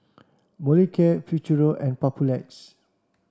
Molicare Futuro and Papulex